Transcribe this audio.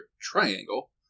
triangle